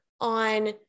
on